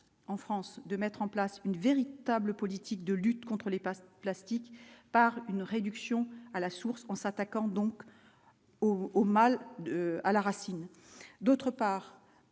en France de mettre en place une véritable politique de lutte contre les plastique par une réduction à la source, qu'en s'attaquant donc au mal à la racine,